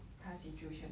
他 situation